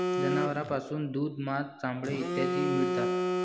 जनावरांपासून दूध, मांस, चामडे इत्यादी मिळतात